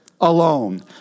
alone